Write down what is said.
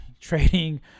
trading